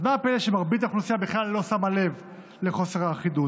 אז מה הפלא שמרבית האוכלוסייה בכלל לא שמה לב לחוסר האחידות?